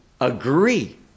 agree